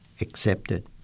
accepted